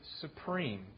supreme